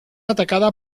atacada